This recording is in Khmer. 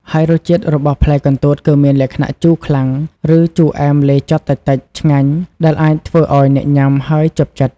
ហើយរសជាតិរបស់ផ្លែកន្ទួតគឺមានលក្ខណៈ ជូរខ្លាំង ឬជូរអែមលាយចត់តិចៗឆ្ងាញ់ ដែលអាចធ្វើឱ្យអ្នកញ៉ាំហើយជាប់ចិត្ត។